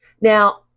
Now